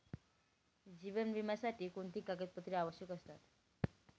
जीवन विम्यासाठी कोणती कागदपत्रे आवश्यक असतात?